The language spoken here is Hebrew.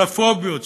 של הפוביות,